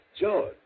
George